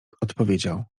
odpowiedział